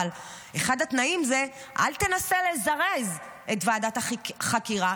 אבל אחד התנאים הוא אל תנסה לזרז את ועדת החקירה.